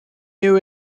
new